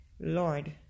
lord